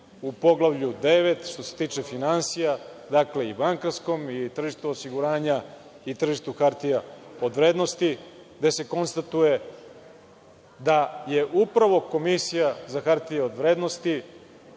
u Poglavlju 9, što se tiče finansija, i bankarskom i tržištu osiguranja i tržištu hartija od vrednosti, da se konstatuje da je upravo Komisija za hartije od vrednosti